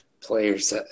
players